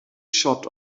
shot